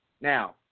Now